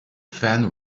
fan